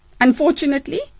unfortunately